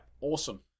awesome